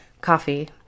coffee